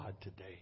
today